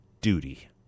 duty